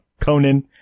Conan